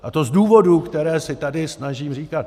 A to z důvodů, které si tady snažím říkat.